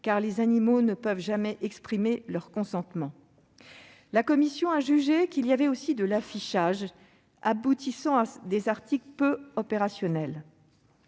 car les animaux ne peuvent jamais exprimer leur consentement. La commission a jugé qu'il y avait aussi de l'affichage, aboutissant à des articles peu opérationnels.